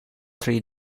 three